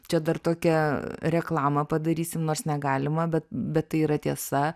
čia dar tokia reklamą padarysim nors negalima bet bet tai yra tiesa